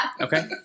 Okay